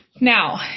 Now